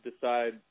decide